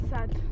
Sad